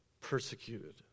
persecuted